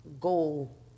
Goal